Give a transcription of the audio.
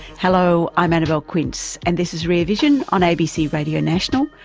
hello, i'm annabelle quince and this is rear vision on abc radio national,